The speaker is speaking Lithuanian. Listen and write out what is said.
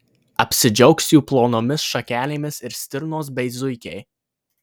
apsidžiaugs jų plonomis šakelėmis ir stirnos bei zuikiai